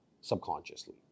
subconsciously